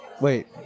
Wait